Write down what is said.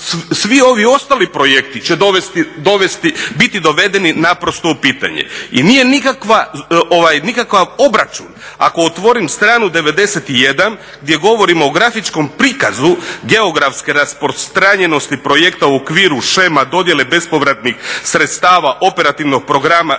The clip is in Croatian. svi ovi ostali projekti će biti dovedeni naprosto u pitanje. I nije nikakav obračun ako otvorim stranu 91 gdje govorimo o grafičkom prikazu geografske rasprostranjenosti projekta u okviru shema dodjele bespovratnih sredstava operativnog programa